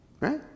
Right